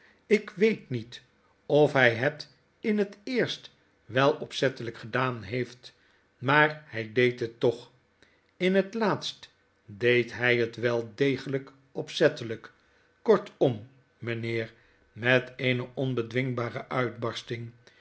verdragen kon ikweetniet of hy het in het eerst wel opzettelyk gedaan heeft maar hy deed het toch in het laatst deed hy het wel degelyk opzettelyk kortom mynheer met eene onbedwingbare uitbarsting